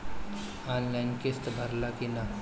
Online किस्त भराला कि ना?